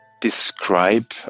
describe